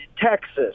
Texas